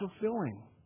fulfilling